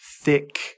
thick